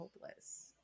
hopeless